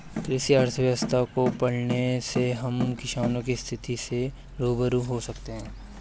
कृषि अर्थशास्त्र को पढ़ने से हम किसानों की स्थिति से रूबरू हो सकते हैं